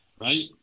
Right